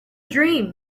dream